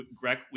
Greg